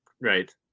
right